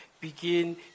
begin